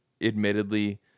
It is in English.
Admittedly